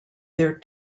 their